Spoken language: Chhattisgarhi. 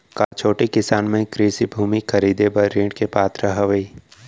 का छोटे किसान मन कृषि भूमि खरीदे बर ऋण के पात्र हवे?